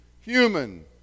human